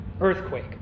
earthquake